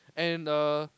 and err